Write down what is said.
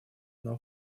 нам